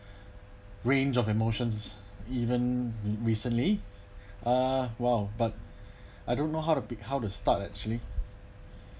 range of emotions even recently uh !wow! but I don't know how to pick how to start actually